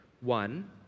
one